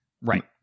Right